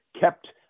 kept